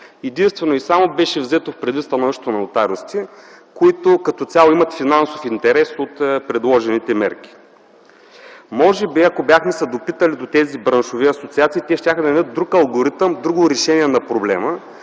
Единствено и само беше взето предвид становището на нотариусите, които, като цяло, имат финансов интерес от предложените мерки. Може би, ако се бяхме допитали до тези браншови асоциации, те щяха да ни дадат друг алгоритъм, друго решение на проблема,